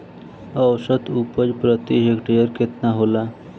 औसत उपज प्रति हेक्टेयर केतना होला?